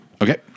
Okay